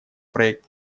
проект